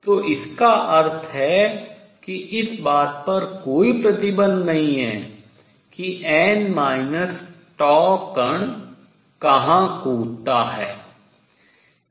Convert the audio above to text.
तो इसका अर्थ है कि इस बात पर कोई प्रतिबंध नहीं है कि कण कहाँ कूदता है